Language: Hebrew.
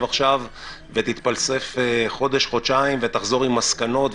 עכשיו ותתפלסף חודש-חודשיים ותחזור עם מסקנות,